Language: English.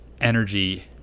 energy